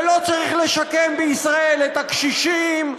ולא צריך לשקם בישראל את הקשישים,